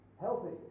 Healthy